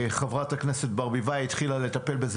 חברת הכנסת ברביבאי התחילה לטפל בזה